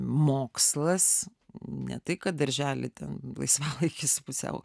mokslas ne tai kad daržely ten laisvalaikis pusiau